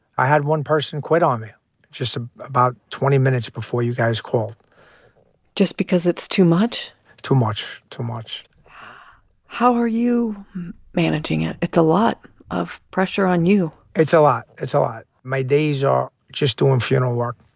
i had one person quit on me just ah about twenty minutes before you guys called just because it's too much too much, too much how are you managing it? it's a lot of pressure on you it's a lot. it's a lot. my days are just doing funeral work.